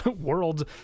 world